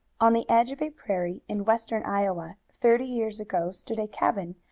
on the edge of a prairie, in western iowa, thirty years ago, stood a cabin,